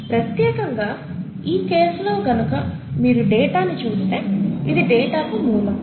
ప్రత్యేకంగా ఈ కేసులో గనక మీరు డేటా ని చూస్తే ఇది డేటా కు మూలం